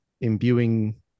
imbuing